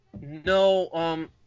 No